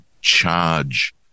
charge